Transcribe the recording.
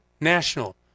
national